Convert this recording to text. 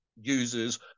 users